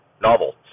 novel